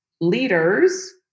leaders